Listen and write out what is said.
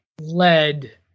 led